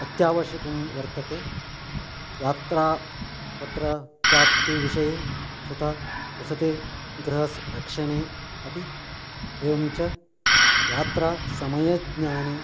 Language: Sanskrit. अत्यावश्यकं वर्तते यात्रा पत्र प्राप्तिविषये तथा वसति गृहस्य रक्षणे अपि एवञ्च यात्रा समयज्ञाने